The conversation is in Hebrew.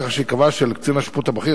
כך שייקבע שלקצין השיפוט הבכיר,